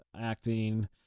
acting